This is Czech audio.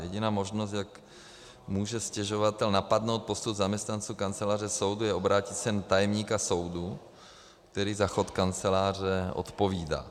Jediná možnost, jak může stěžovatel napadnout postup zaměstnanců kanceláře soudu, je obrátit se na tajemníka soudu, který za chod kanceláře odpovídá.